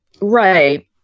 Right